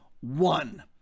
One